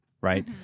right